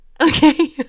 Okay